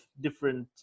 different